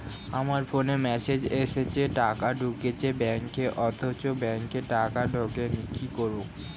আমার ফোনে মেসেজ এসেছে টাকা ঢুকেছে ব্যাঙ্কে অথচ ব্যাংকে টাকা ঢোকেনি কি করবো?